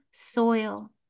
soil